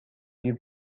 you